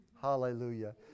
Hallelujah